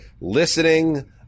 listening